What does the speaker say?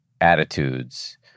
attitudes